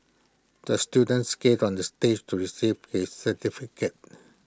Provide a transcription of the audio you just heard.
the student skated on the stage to receive his certificate